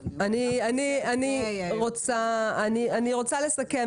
אני רוצה לסכם.